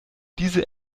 diese